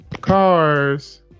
cars